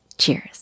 Cheers